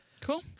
cool